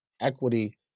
equity